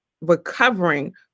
recovering